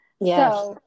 yes